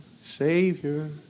Savior